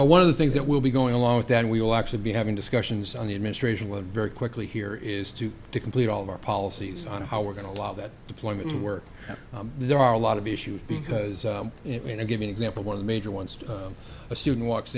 one of the things that will be going along with then we will actually be having discussions on the administration one very quickly here is to to complete all of our policies on how we're going to allow that deployment to work there are a lot of issues because in a given example one of the major ones a student walks